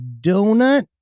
donut